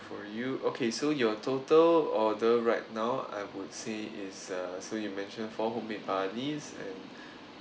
for you okay so your total order right now I would say is uh so you mentioned four homemade barleys and